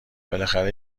بالاخره